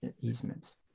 easements